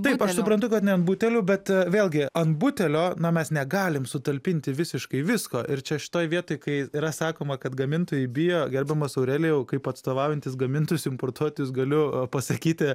taip aš suprantu kad ne ant butelių bet vėlgi ant butelio na mes negalim sutalpinti visiškai visko ir čia šitoj vietoj kai yra sakoma kad gamintojai bijo gerbiamas aurelijau kaip atstovaujantis gamintojus importuotojus galiu pasakyti